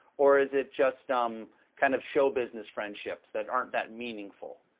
or is it just um kind of show business friendships that aren't that meaningful?